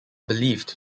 believed